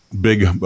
big